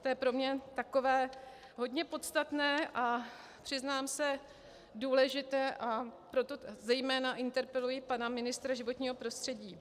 To je pro mě takové hodně podstatné a přiznám se, důležité, a proto zejména interpeluji pana ministra životního prostředí.